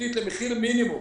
תשתית למחיר מינימום